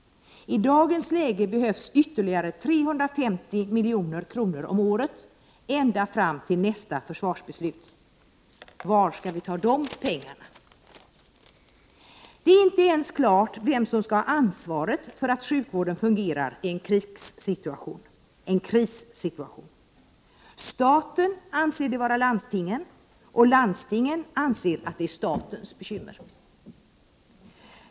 I dagens läge behövs ytterligare 350 milj.kr. om året ända fram till nästa försvarsbeslut. Var skall vi ta de pengarna? Det är inte ens klart vem som skall ha ansvaret för att sjukvården fungerar i 39 en krissituation. Staten anser det vara landstingen, och landstingen anser att det är statens bekymmer.